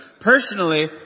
Personally